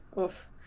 oof